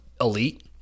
elite